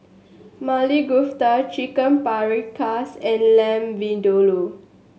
Maili Kofta Chicken Paprikas and Lamb Vindaloo